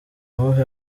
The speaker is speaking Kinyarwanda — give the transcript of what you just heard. uwuhe